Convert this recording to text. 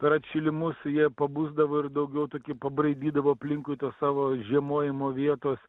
per atšilimus jie pabusdavo ir daugiau tokie pabraidydavo aplinkui tos savo žiemojimo vietos